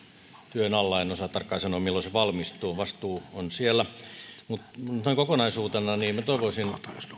työn alla en osaa tarkkaan sanoa milloin se valmistuu vastuu on siellä noin kokonaisuutena minä toivoisin